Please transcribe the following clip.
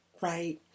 right